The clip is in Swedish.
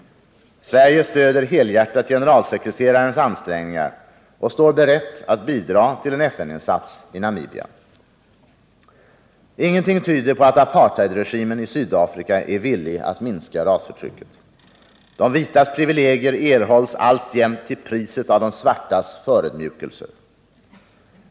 Sverige stöder helhjärtat generalsekreterarens ansträngningar och står berett att bidra till en FN-insats i Namibia. Ingenting tyder på att apartheidregimen i Sydafrika är villig att minska rasförtrycket. De vitas privilegier erhålls alltjämt till priset av de svartas förödmjukelser.